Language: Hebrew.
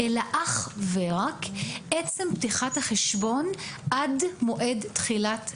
אלא אך ורק עצם פתיחת החשבון עד מועד תחילת החוק.